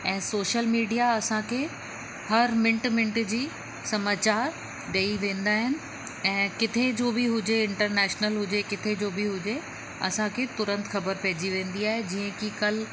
ऐं social media असांखे हर मिंट मिंट जी समाचार ॾेई वेंदा आहिनि ऐं किथे जो बि हुजे इंटरनेशनल हुजे किथे जो बि हुजे असांखे तुरंत ख़बरु पइजी वेंदी आहे जीअं की कल्ह